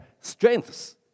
strengths